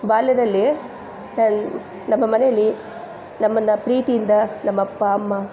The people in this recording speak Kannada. ಬಾಲ್ಯದಲ್ಲಿ ನನ್ನ ನಮ್ಮ ಮನೇಲಿ ನಮ್ಮನ್ನು ಪ್ರೀತಿಯಿಂದ ನಮ್ಮ ಅಪ್ಪ ಅಮ್ಮ